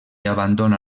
abandona